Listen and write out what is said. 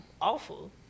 awful